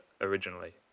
originally